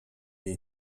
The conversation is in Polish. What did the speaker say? nie